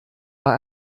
bei